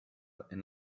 and